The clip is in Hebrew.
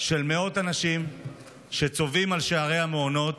של מאות אנשים שצובאים על שערי המעונות,